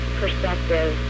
perspective